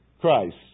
Christ